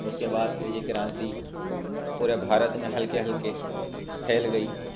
اس کے بعد یہ کرانتی پورے بھارت میں ہلکے ہلکے پھیل گئی